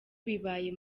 bibaye